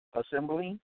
assembling